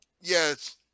Yes